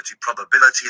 probability